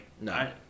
No